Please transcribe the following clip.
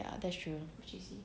ya that's true